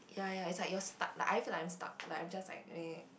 ya ya it's like you're stuck like I feel like I'm stuck like I'm just like